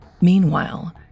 Meanwhile